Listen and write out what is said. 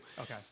Okay